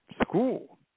school